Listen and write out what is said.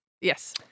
Yes